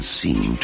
seem